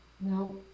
no